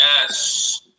Yes